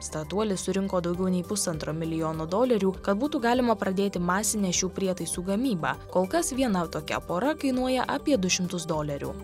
startuolis surinko daugiau nei pusantro milijono dolerių kad būtų galima pradėti masinę šių prietaisų gamybą kol kas viena tokia pora kainuoja apie du šimtus dolerių